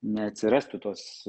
neatsirastų tos